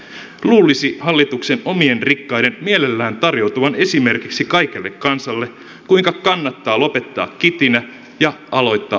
luulisi hallituksen omien rikkaiden mielellään tarjoutuvan esimerkiksi kaikelle kansalle kuinka kannattaa lopettaa kitinä ja aloittaa arvopaperisäästäminen